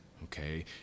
okay